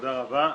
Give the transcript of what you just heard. תודה רבה.